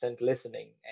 listening